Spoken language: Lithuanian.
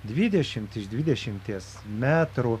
dvidešim iš dvidešimties metrų